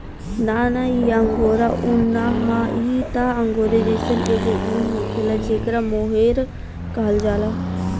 ना ना इ अंगोरा उन ना ह इ त अंगोरे जइसन एगो उन होखेला जेकरा मोहेर कहल जाला